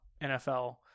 NFL